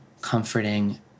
comforting